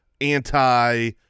anti